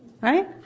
Right